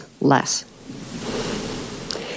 less